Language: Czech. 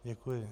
Děkuji.